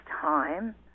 time